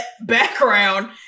background